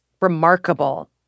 remarkable